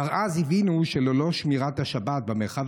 כבר אז הבינו שללא שמירת השבת במרחב